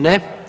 Ne.